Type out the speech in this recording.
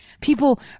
people